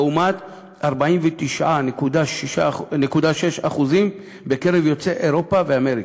לעומת 49.6% מקרב יוצאי אירופה ואמריקה.